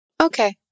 okay